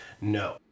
No